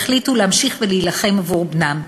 והחליטו להמשיך ולהילחם עבור בנם.